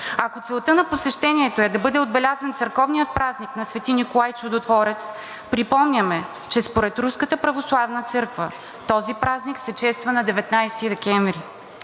Ако целта на посещението е да бъде отбелязан църковният празник на Свети Николай Чудотворец, припомняме, че според Руската православна църква този празник се чества на 19 декември.